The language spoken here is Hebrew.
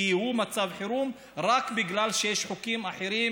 כי הוא מצב חירום רק בגלל שיש חוקים אחרים